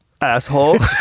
Asshole